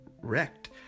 wrecked